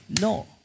No